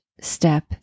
step